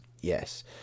Yes